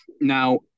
Now